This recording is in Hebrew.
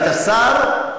היית שר,